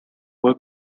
fue